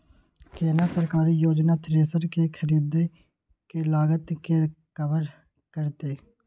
केना सरकारी योजना थ्रेसर के खरीदय के लागत के कवर करतय?